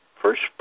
First